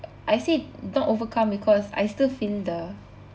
I said not overcome because I still feel the